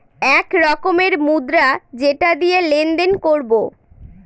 এক রকমের মুদ্রা যেটা দিয়ে লেনদেন করবো